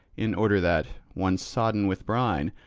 in order that, once sodden with brine,